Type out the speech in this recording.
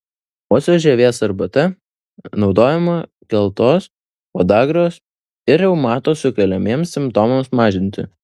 uosio žievės arbata naudojama geltos podagros ir reumato sukeliamiems simptomams mažinti